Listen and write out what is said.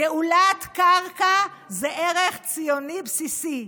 גאולת קרקע זה ערך ציוני בסיסי,